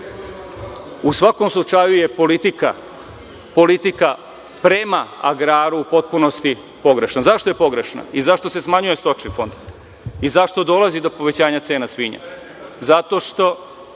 U svakom slučaju je politika prema agraru u potpunosti pogrešna. Zašto je pogrešna i zašto se smanjuje stočni fond? Zašto dolazi do povećanja cena svinja? Zato što